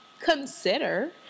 consider